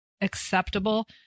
acceptable